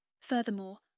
Furthermore